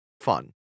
fun